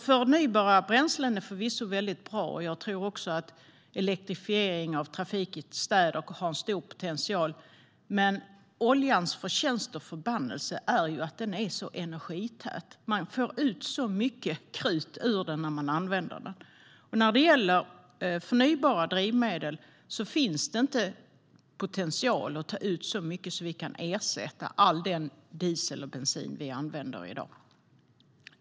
Förnybara bränslen är förvisso bra, och jag tror att elektrifiering av trafik i städer har stor potential. Men oljans förtjänst och förbannelse är att den är så energität. Man får ut så mycket krut ur den när man använder den. När det gäller förnybara drivmedel finns det inte potential att ta ut så mycket att vi kan ersätta all den diesel och bensin som vi använder i dag.